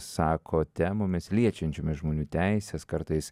sako temomis liečiančiomis žmonių teises kartais